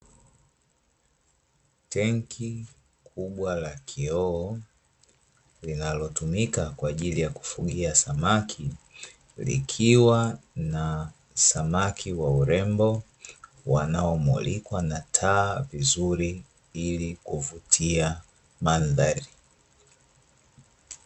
Tenki kubwa la kioo, linalotumika kwa ajili ya kufugia samaki, likiwa na samaki wa urembo, wanaomulikwa na taa nzuri ili kuvutia mandhari.